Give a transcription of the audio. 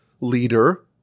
leader